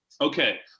Okay